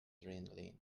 adrenaline